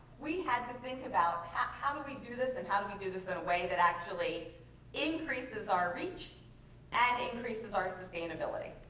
we had to think about how do we do this and how do we do this in a way that actually increases our reach and increases our sustainability?